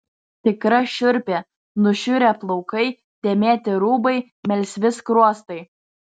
tikra šiurpė nušiurę plaukai dėmėti rūbai melsvi skruostai